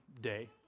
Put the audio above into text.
day